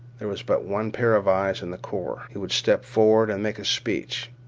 there was but one pair of eyes in the corps. he would step forth and make a speech.